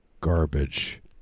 garbage